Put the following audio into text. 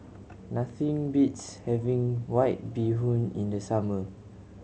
nothing beats having White Bee Hoon in the summer